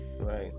right